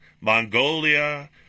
Mongolia